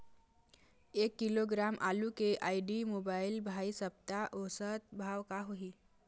एक किलोग्राम आलू के आईडी, मोबाइल, भाई सप्ता औसत भाव का होही?